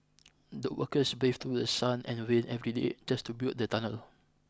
the workers braved through the sun and rain every day just to build the tunnel